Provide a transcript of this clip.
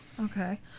okay